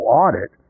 audit